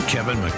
Kevin